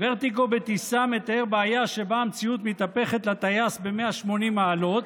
ורטיגו בטיסה מתאר בעיה שבה המציאות מתהפכת לטייס ב-180 מעלות,